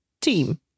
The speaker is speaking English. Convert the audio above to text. team